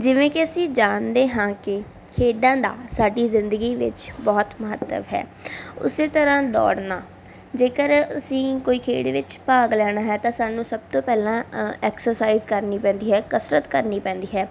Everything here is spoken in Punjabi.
ਜਿਵੇਂ ਕਿ ਅਸੀਂ ਜਾਣਦੇ ਹਾਂ ਕਿ ਖੇਡਾਂ ਦਾ ਸਾਡੀ ਜ਼ਿੰਦਗੀ ਵਿੱਚ ਬਹੁਤ ਮਹੱਤਵ ਹੈ ਉਸ ਤਰ੍ਹਾਂ ਦੌੜਨਾ ਜੇਕਰ ਅਸੀਂ ਕੋਈ ਖੇਡ ਵਿੱਚ ਭਾਗ ਲੈਣਾ ਹੈ ਤਾਂ ਸਾਨੂੰ ਸਭ ਤੋਂ ਪਹਿਲਾਂ ਅ ਐਕਸਰਸਾਈਜ਼ ਕਰਨੀ ਪੈਂਦੀ ਹੈ ਕਸਰਤ ਕਰਨੀ ਪੈਂਦੀ ਹੈ